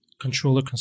controller